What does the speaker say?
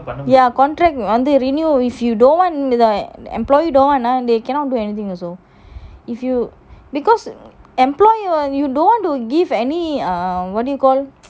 ya contract வந்து:vanthu renew if you don't want the employee don't want they cannot do anything also if you because employer and you don't want to give any err what do you call